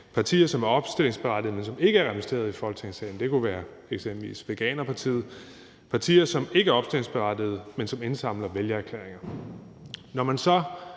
partier, som er opstillingsberettigede, men som ikke er repræsenteret i Folketinget, og det kunne eksempelvis være Veganerpartiet; partier, som ikke er opstillingsberettigede, men som indsamler vælgererklæringer.